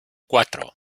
cuatro